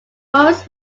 morris